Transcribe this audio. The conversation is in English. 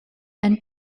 and